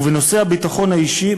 ובנושא הביטחון האישי,